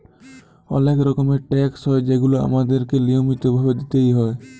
অলেক রকমের ট্যাকস হ্যয় যেগুলা আমাদেরকে লিয়মিত ভাবে দিতেই হ্যয়